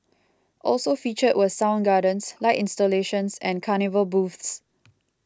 also featured were sound gardens light installations and carnival booths